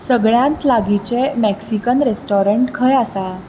सगळ्यांत लागींचें Mexican restaurant खंय आसा